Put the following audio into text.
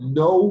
no